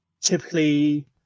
Typically